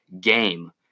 game